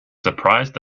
surprised